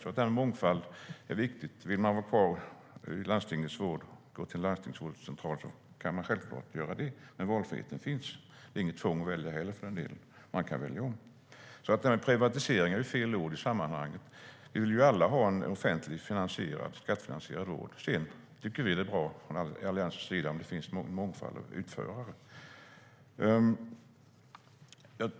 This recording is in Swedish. Det är därför viktigt med denna mångfald. Vill man vara kvar hos landstingets vårdcentral kan man självklart vara det, men valfriheten finns. Det är inget tvång att välja heller, för den delen, och man kan välja om. Ordet privatisering är fel ord i sammanhanget. Vi vill alla ha en offentlig skattefinansierad vård. Sedan tycker vi från Alliansens sida att det är bra om det finns en mångfald av utförare.